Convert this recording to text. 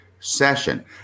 Session